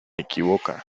equivoca